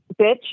bitch